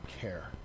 care